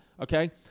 okay